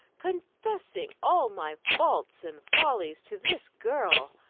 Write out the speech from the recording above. confessing all my faults and follies, to this girl!